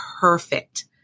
perfect